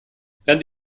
werden